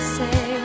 say